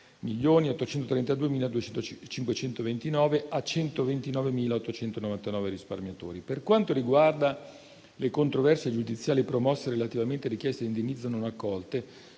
di 1.353.832.529 a 129.899 risparmiatori. Per quanto riguarda le controversie giudiziarie promosse, relativamente a richieste di indennizzo non accolte,